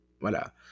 voilà